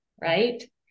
right